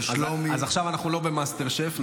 אז עכשיו אנחנו לא במאסטר שף,